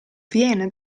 viene